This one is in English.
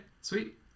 sweet